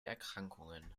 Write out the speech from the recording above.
erkrankungen